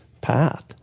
path